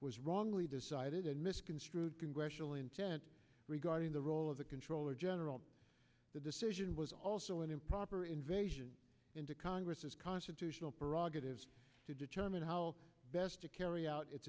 was wrongly decided and misconstrued congressionally intent regarding the role of the controller general the decision was also an improper invasion into congress's constitutional prerogatives to determine how best to carry out it